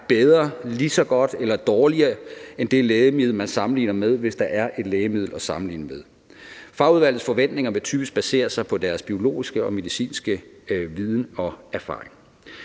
bedre, lige så godt eller dårligere end det lægemiddel, man sammenligner med, hvis der er et lægemiddel at sammenligne med. Fagudvalgets forventninger vil typisk basere sig på deres biologiske og medicinske viden og erfaring.